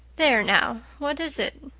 there now, what is it?